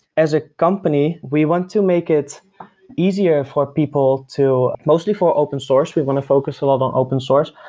as a company, we want to make it easier for people to mostly for open source. we want to focus a lot on open source.